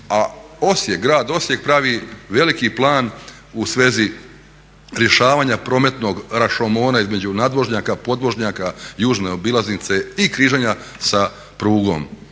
A Osijek, grad Osijek pravi veliki plan u svezi rješavanja prometnog rašomona između nadvožnjaka, podvožnjaka, južne obilaznice i križanja sa prugom,